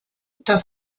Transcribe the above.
das